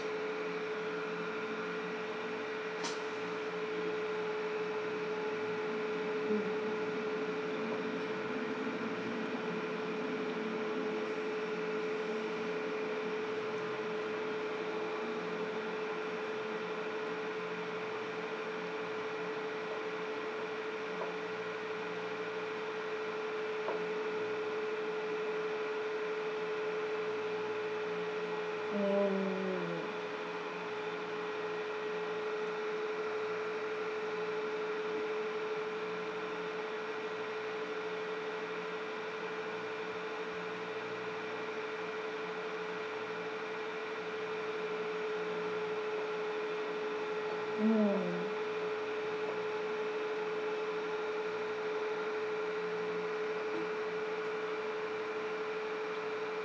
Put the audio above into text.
mm mm mm